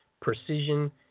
precision